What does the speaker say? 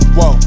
Whoa